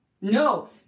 no